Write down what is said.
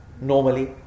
Normally